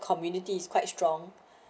community is quite strong